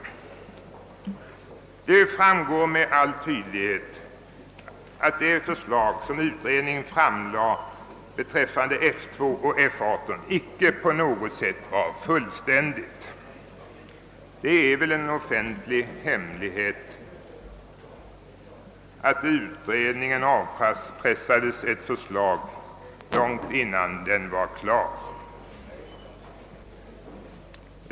Det framgår med all tydlighet att utredningens förslag beträffande F 2 och F 18 icke på något sätt var fullständigt; och det är väl en offentlig hemlighet att förslaget avpressades utredningen långt innan den var klar.